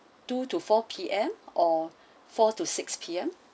two to four P_M or four to six P_M